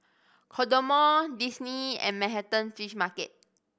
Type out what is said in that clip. Kodomo Disney and Manhattan Fish Market